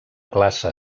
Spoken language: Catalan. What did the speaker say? classe